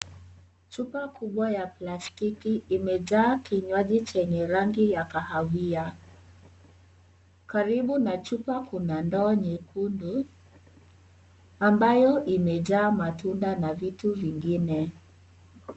Chupa kubwa ya plastiki imejaa kinywani chenye rangi ya kahawia. Karibu na chupa kuna ndoo nyekundu ambayo imejaa matunda na vitu vingine.